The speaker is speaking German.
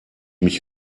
mich